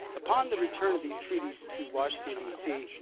upon the return of these treaties to washington d c.